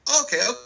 okay